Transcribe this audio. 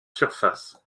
surface